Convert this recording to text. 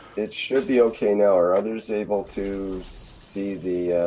it should be okay now, are others able to see the.